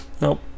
Nope